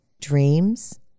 dreams